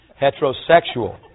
heterosexual